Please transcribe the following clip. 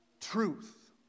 truth